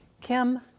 Kim